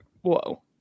whoa